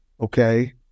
okay